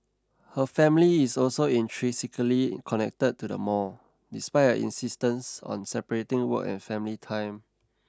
her family is also intrinsically connected to the mall despite her insistence on separating work and family time